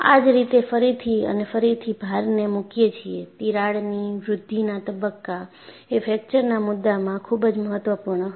આ જ રીતે ફરીથી અને ફરીથી ભારને મૂકીએ છીએ તિરાડની વૃદ્ધિના તબક્કા એ ફ્ર્કચર ના મુદ્દામાં ખૂબ જ મહત્વપૂર્ણ હતો